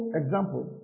example